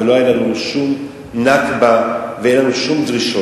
ולא היתה לנו שום "נכבה" ואין לנו שום דרישות.